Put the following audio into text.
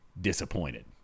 disappointed